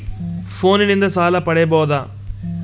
ಫೋನಿನಿಂದ ಸಾಲ ಪಡೇಬೋದ?